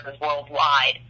worldwide